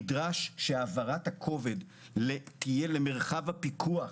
נדרש שהעברת הכובד תהיה למרחב הפיקוח,